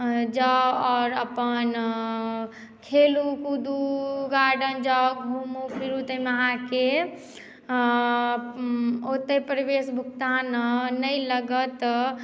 जाउ आओर अपन खेलू कुदू गार्डन जाउ घूमू फिरू ताहिमे अहाँकेँ ओतय प्रवेश भुगतान नहि लागत